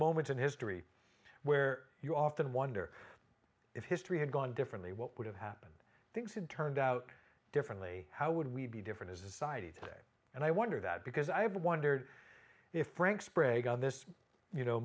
moments in history where you often wonder if history had gone differently what would have happened things had turned out differently how would we be different as a society today and i wonder that because i've wondered if frank sprague on this you know